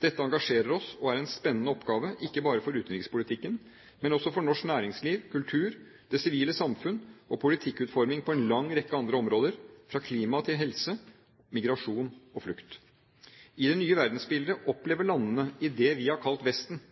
Dette engasjerer oss og er en spennende oppgave, ikke bare for utenrikspolitikken, men også for norsk næringsliv, kultur, det sivile samfunn og politikkutforming på en lang rekke andre områder – fra klima til helse, migrasjon og flukt. I det nye verdensbildet opplever landene i det vi har kalt Vesten,